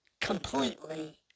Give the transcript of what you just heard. Completely